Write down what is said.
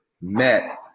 met